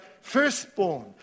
firstborn